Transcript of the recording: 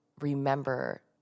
remember